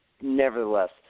nevertheless